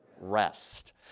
rest